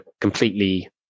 completely